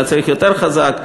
היה צריך יותר חזק,